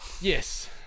yes